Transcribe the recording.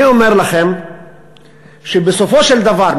אני אומר לכם שבסופו של דבר,